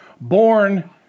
born